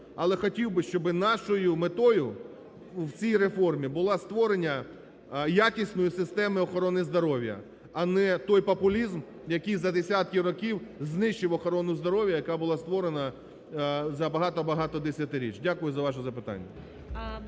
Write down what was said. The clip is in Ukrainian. Але хотів би, щоб нашою метою в цій реформі було створення якісної системи охорони здоров'я, а не той популізм, який за десятки років знищив охорону здоров'я, яка була створена за багато-багато десятиріч. Дякую за ваше запитання.